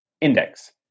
index